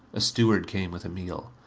a steward came with a meal.